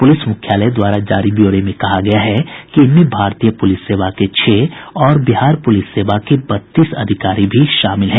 police मुख्यालय द्वारा जारी ब्योरे में कहा गया है कि इनमें भारतीय पुलिस सेवा के छह और बिहार पुलिस सेवा के बत्तीस अधिकारी भी शामिल हैं